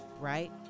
right